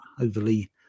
overly